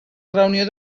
reunió